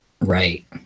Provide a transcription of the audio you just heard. Right